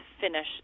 finish